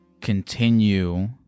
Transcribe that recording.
continue